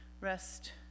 rest